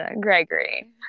Gregory